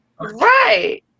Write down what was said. right